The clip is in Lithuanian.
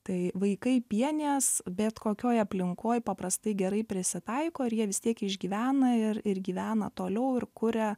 tai vaikai pienės bet kokioj aplinkoj paprastai gerai prisitaiko ir jie vis tiek išgyvena ir ir gyvena toliau ir kuria